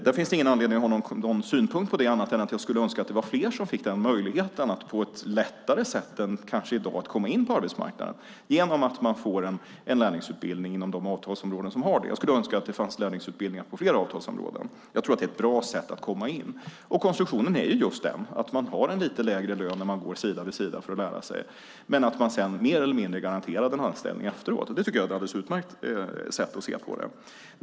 Där finns det ingen anledning att ha någon synpunkt, annat än att jag skulle önska att det var fler som fick möjligheten att på ett lättare sätt än i dag komma in på arbetsmarknaden genom att få en lärlingsutbildning inom de avtalsområden som har det. Jag skulle önska att det fanns lärlingsutbildningar på fler avtalsområden. Jag tror att det är ett bra sätt att komma in. Konstruktionen är att man har en lite lägre lön när man går sida vid sida med någon för att lära sig, men är mer eller mindre garanterad anställning efteråt. Det tycker jag är ett alldeles utmärkt sätt att se på det. Det andra är gymnasielärlingar.